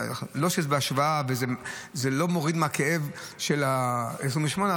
לא שזה בהשוואה או מוריד מהכאב של ה-28,000,